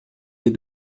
les